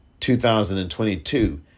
2022